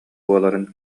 буоларын